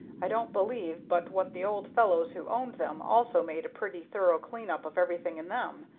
i don't believe but what the old fellows who opened them also made a pretty thorough clean-up of everything in them.